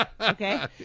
Okay